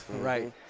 Right